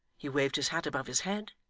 he waved his hat above his head,